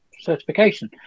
certification